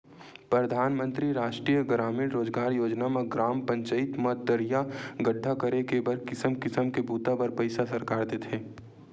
परधानमंतरी रास्टीय गरामीन रोजगार योजना म ग्राम पचईत म तरिया गड्ढ़ा करे के बर किसम किसम के बूता बर पइसा सरकार देथे